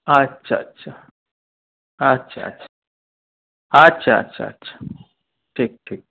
আচ্ছা আচ্ছা আচ্ছা আচ্ছা আচ্ছা আচ্ছা আচ্ছা ঠিক ঠিক